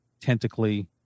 tentacly